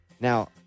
Now